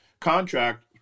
contract